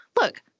look